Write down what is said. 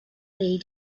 day